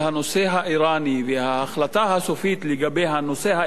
האירני וההחלטה הסופית לגבי הנושא האירני,